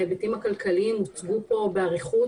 וההיבטים הכלכליים הוצגו כאן באריכות